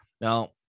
Now